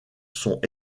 sont